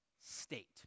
state